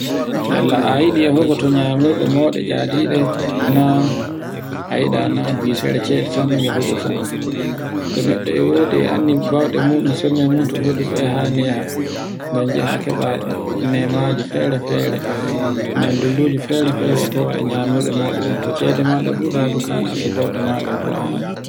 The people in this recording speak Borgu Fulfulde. Yalla a yiɗi yahugo to nyamirɗe mauɗu tcaydiɗe. Na a yiɗa na bisare cede tan no yehugo ton. To neɗɗo e wodi e andi bawɗe muɗum sembe muɗum fu e hani yaha. Ngan jaha keba nemaji fere-fere. Nyandulluji fere-fere e tawa e nyamirɗe mawɗe ɗen. To cede maɗa ɗuɗa dukada maɗa to bawɗe maɗa fu a hani.